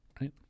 right